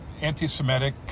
anti-Semitic